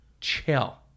Chill